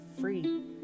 free